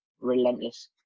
relentless